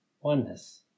Oneness